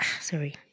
Sorry